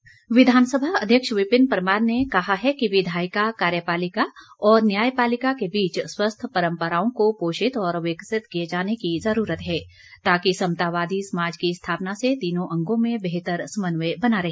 परमार विधानसभा अध्यक्ष विपिन परमार ने कहा है कि विधायिका कार्यपालिका और न्यायपालिका के बीच स्वस्थ परंपराओं को पोषित और विकसित किए जाने की ज़रूरत है ताकि समतावादी समाज की स्थापना से तीनों अंगों में बेहतर समन्वय बना रहे